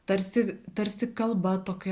tarsi tarsi kalba tokia